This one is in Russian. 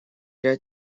ряд